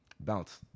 Bounce